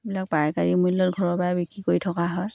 এইবিলাক পাইকাৰী মূল্যত ঘৰৰ পৰাই বিক্ৰী কৰি থকা হয়